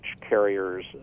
carriers